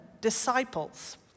disciples